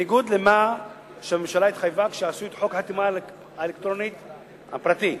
בניגוד למה שהממשלה התחייבה כשעשו את חוק החתימה האלקטרונית הפרטית.